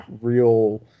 real